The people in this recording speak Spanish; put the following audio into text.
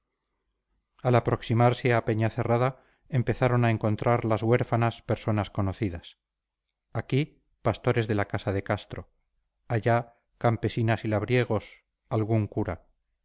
al aproximarse a peñacerrada empezaron a encontrar las huérfanas personas conocidas aquí pastores de la casa de castro allá campesinas y labriegos algún cura